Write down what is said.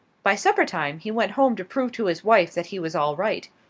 by suppertime he went home to prove to his wife that he was all right.